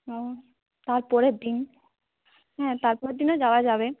হুম তারপরের দিন হ্যাঁ তারপরের দিনও যাওয়া যাবে